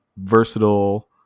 versatile